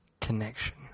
Connection